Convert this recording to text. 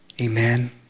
Amen